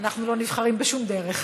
אנחנו לא נבחרים בשום דרך.